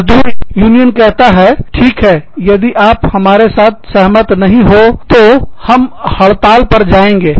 मजदूर यूनियन कहता है ठीक है यदि आप हमारे साथ सहमत नहीं हो तो हम हड़ताल पर जाएंगे